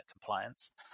compliance